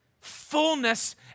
fullness